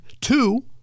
Two